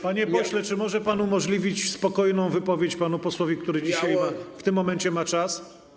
Panie pośle, czy może pan umożliwić spokojną wypowiedź panu posłowi, który w tym momencie ma czas?